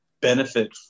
benefit